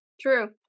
True